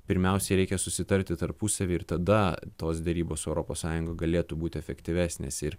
pirmiausiai reikia susitarti tarpusavy ir tada tos derybos su europos sąjunga galėtų būti efektyvesnės ir